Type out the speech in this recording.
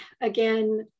again